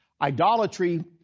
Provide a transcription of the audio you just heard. Idolatry